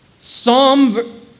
Psalm